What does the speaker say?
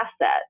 asset